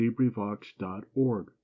LibriVox.org